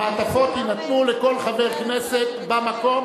המעטפות יינתנו לכל חבר כנסת במקום,